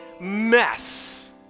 mess